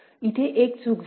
इथे एक चुक झाली